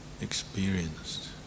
experienced